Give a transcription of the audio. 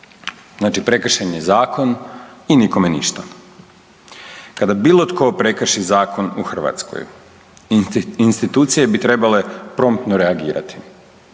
Znači prekršen je zakon i nikome ništa. Kada bilo tko prekrši zakon u Hrvatskoj institucije bi trebale promptno reagirati.